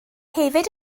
hefyd